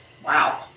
Wow